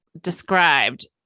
described